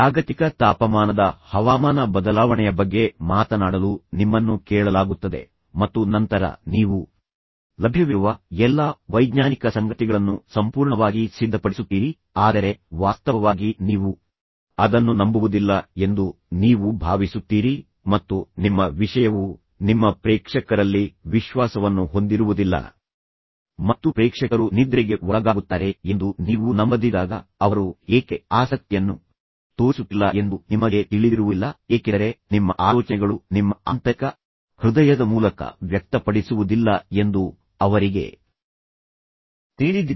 ಜಾಗತಿಕ ತಾಪಮಾನದ ಹವಾಮಾನ ಬದಲಾವಣೆಯ ಬಗ್ಗೆ ಮಾತನಾಡಲು ನಿಮ್ಮನ್ನು ಕೇಳಲಾಗುತ್ತದೆ ಮತ್ತು ನಂತರ ನೀವು ಲಭ್ಯವಿರುವ ಎಲ್ಲಾ ವೈಜ್ಞಾನಿಕ ಸಂಗತಿಗಳನ್ನು ಸಂಪೂರ್ಣವಾಗಿ ಸಿದ್ಧಪಡಿಸುತ್ತೀರಿ ಆದರೆ ವಾಸ್ತವವಾಗಿ ನೀವು ಅದನ್ನು ನಂಬುವುದಿಲ್ಲ ಎಂದು ನೀವು ಭಾವಿಸುತ್ತೀರಿ ಮತ್ತು ನಿಮ್ಮ ವಿಷಯವು ನಿಮ್ಮ ಪ್ರೇಕ್ಷಕರಲ್ಲಿ ವಿಶ್ವಾಸವನ್ನು ಹೊಂದಿರುವುದಿಲ್ಲ ಮತ್ತು ಪ್ರೇಕ್ಷಕರು ನಿದ್ರೆಗೆ ಒಳಗಾಗುತ್ತಾರೆ ಎಂದು ನೀವು ನಂಬದಿದ್ದಾಗ ಅವರು ಏಕೆ ಆಸಕ್ತಿಯನ್ನು ತೋರಿಸುತ್ತಿಲ್ಲ ಎಂದು ನಿಮಗೆ ತಿಳಿದಿರುವುದಿಲ್ಲ ಏಕೆಂದರೆ ನಿಮ್ಮ ಆಲೋಚನೆಗಳು ನಿಮ್ಮ ಆಂತರಿಕ ಹೃದಯದ ಮೂಲಕ ವ್ಯಕ್ತಪಡಿಸುವುದಿಲ್ಲ ಎಂದು ಅವರಿಗೆ ತಿಳಿದಿದೆ